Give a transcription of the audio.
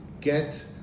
get